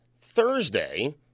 thursday